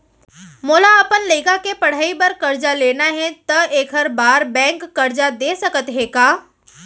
मोला अपन लइका के पढ़ई बर करजा लेना हे, त एखर बार बैंक करजा दे सकत हे का?